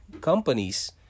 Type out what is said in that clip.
companies